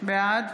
בעד